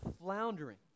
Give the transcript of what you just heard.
floundering